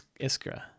iskra